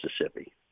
Mississippi